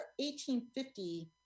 1850